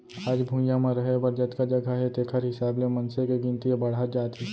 आज भुइंया म रहें बर जतका जघा हे तेखर हिसाब ले मनखे के गिनती ह बाड़हत जात हे